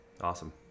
Awesome